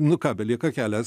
nu ką belieka kelias